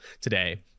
today